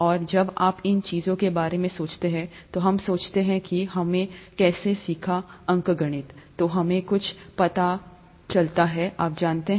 और जब आप इन चीजों के बारे में सोचते हैं तो हम सीखते हैं कि हमने कैसे सीखा अंकगणित तो हमें कुछ पता चलता है आप जानते हैं